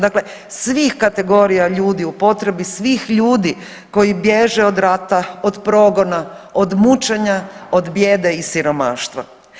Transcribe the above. Dakle svih kategorija ljudi, u potrebi svih ljudi koji bježe od rata, od progona, od mučenja, od bijede i siromaštva.